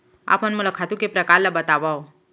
आप मन मोला खातू के प्रकार ल बतावव?